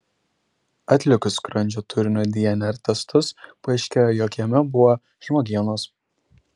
atlikus skrandžio turinio dnr testus paaiškėjo jog jame buvo žmogienos